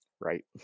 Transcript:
Right